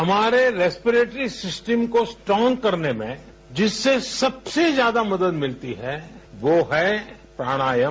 हमारे respiratory system को strong करने में जिससे सबसे ज्यादा मदद मिलती है वो है प्राणायाम